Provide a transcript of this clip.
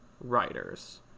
writers